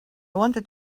wanted